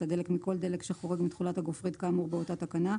הדלק מכל דלק שחורג מתכולת הגופרית כאמור באותה תקנה,